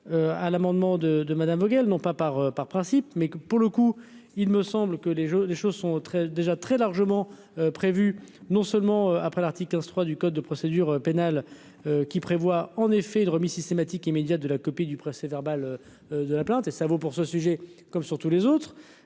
à l'amendement de de madame Vogel, non pas par, par principe, mais que pour le coup, il me semble que les jeux, les choses sont très déjà très largement prévu non seulement après l'article 3 du code de procédure pénale, qui prévoit en effet de remise systématique immédiate de la copie du procès verbal de la plainte, et ça vaut pour ce sujet comme sur tous les autres,